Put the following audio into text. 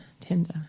tinder